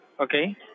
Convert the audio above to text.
Okay